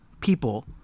people